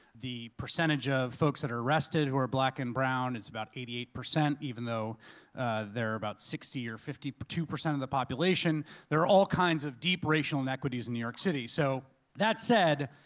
the percentage of folks who are arrested who are black and brown is about eighty eight percent even though ah they're about sixty or fifty two percent of the population, there are all kinds of deep racial inequities in new york city. so that said,